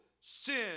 sin